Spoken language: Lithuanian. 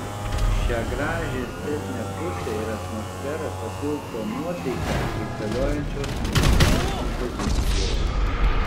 šią gražią estetinę pusę ir atmosferą papildo nuotaiką kaitaliojančios muzikinės kompozicijos